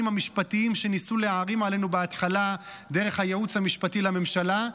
המשפטיים שניסו להערים עלינו בהתחלה דרך הייעוץ המשפטי לממשלה,